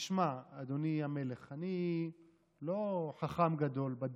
תשמע, אדוני המלך, אני לא חכם גדול בדת,